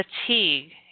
fatigue